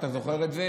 אתה זוכר את זה,